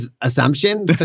assumption